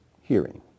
hearing